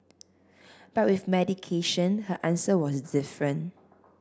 but with medication her answer was different